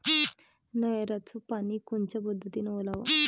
नयराचं पानी कोनच्या पद्धतीनं ओलाव?